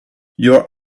your